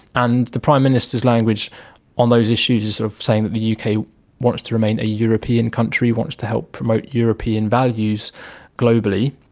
and the prime minister's language on those issues is sort of saying that the uk wants to remain a european country, wants to help promote european values globally,